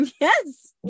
Yes